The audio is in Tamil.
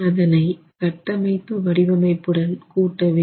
அதனை கட்டமைப்பு வடிவமைப்புடன் கூட்ட வேண்டும்